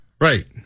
Right